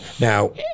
Now